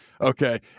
okay